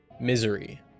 Misery